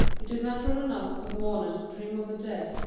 it is natural enough for the mourners to dream of the dead,